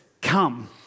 come